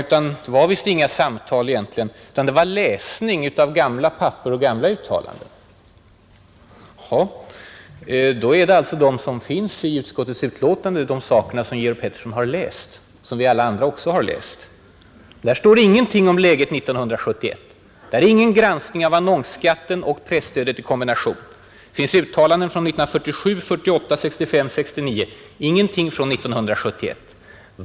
Det var visst inga samtal egentligen utan det var ”läsning” av gamla papper och gamla uttalanden. Då är det alltså vad som finns i betänkandet som Georg Pettersson har läst och som alla vi andra också har läst. Där står ingenting om läget 1971. Där finns ingen granskning av annonsskatten och presstödet i kombination. Det finns uttalanden från 1947, 1948, 1965 och 1969. Ingenting från 1971.